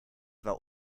war